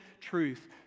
truth